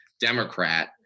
Democrat